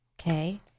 okay